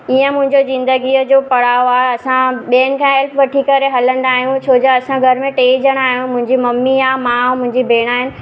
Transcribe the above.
ईअं मुंहिंजो ज़िंदगीअ जो पड़ाव आहे असां ॿियनि खां हेल्प वठी करे हलंदा आहियूं छो जो असां घर में टे ॼणा आहियूं मुंहिंजी मम्मी आहे मां ऐं मुंहिंजी भेंण आहिनि